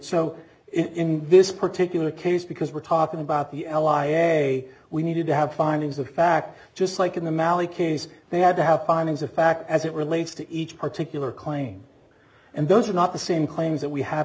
so in this particular case because we're talking about the ally ok we needed to have findings of fact just like in the mallee case they had to have findings of fact as it relates to each particular claim and those are not the same claims that we have